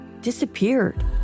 disappeared